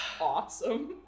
Awesome